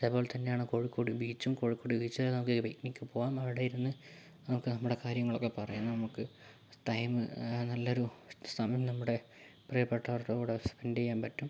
അതേ പോലെതന്നെയാണ് കോഴിക്കോട് ബീച്ചും കോഴിക്കോട് ബീച്ചിൽ നമുക്ക് പിക്നിക്ക് പോവാം അവിടെ ഇരുന്ന് നമ്മുക്ക് നമ്മുടെ കാര്യങ്ങളൊക്കെ പറയാം നമുക്ക് ടൈം നല്ലൊരു സമയം നമ്മുടെ പ്രിയപ്പെട്ടവരുടെ കൂടെ സ്പെൻ്റ് ചെയ്യാൻ പറ്റും